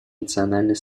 национальной